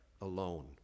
alone